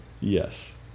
Yes